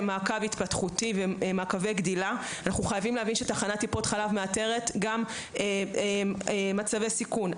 אנחנו חייבים להבין שתחנת טיפת חלב מאתרת גם מצבי סיכון,